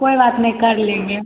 कोई बात नहीं कर लेंगे